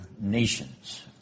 nations